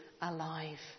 alive